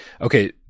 okay